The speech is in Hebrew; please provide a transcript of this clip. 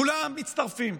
כולם מצטרפים.